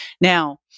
Now